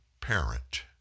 parent